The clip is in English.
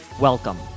Welcome